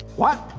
what?